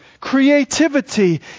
Creativity